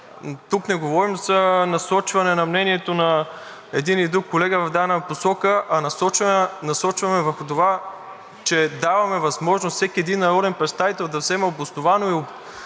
Тук не говорим за насочване на мнението на един или друг колега в дадена посока, а насочваме върху това, че даваме възможност всеки един народен представител да вземе обосновано и обективно